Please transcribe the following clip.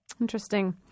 Interesting